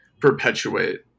perpetuate